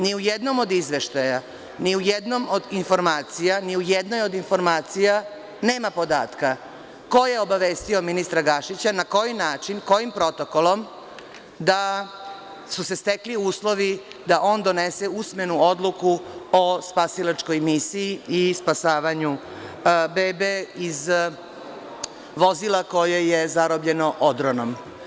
Ni u jednom od izveštaja, ni u jednoj od informacija, nema podatka ko je obavestio ministra Gašića, na koji način, kojim protokolom, da su se stekli uslovi da on donese usmenu odluku o spasilačkoj misiji i spasavanju bebe iz vozila koje je zarobljeno odronom?